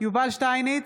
יובל שטייניץ,